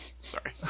Sorry